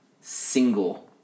single